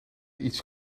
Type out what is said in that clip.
iets